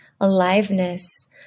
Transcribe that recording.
aliveness